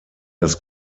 das